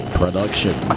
production